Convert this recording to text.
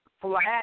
flat